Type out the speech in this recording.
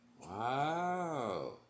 Wow